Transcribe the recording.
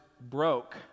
broke